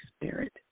Spirit